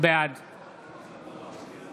בעד